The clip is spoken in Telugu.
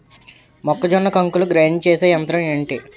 మొక్కజొన్న కంకులు గ్రైండ్ చేసే యంత్రం ఏంటి?